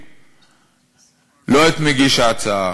האלה צובעים לא את מגיש ההצעה,